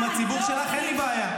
עם הציבור שלך אין לי בעיה.